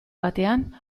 batean